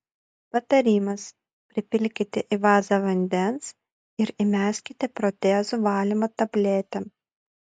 patarimas pripilkite į vazą vandens ir įmeskite protezų valymo tabletę